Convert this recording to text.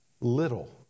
little